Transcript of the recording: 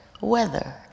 weather